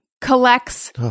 collects